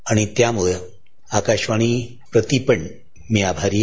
आणि त्यामुळे आकाशवाणीप्रतीपण मी आभारी आहे